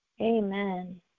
Amen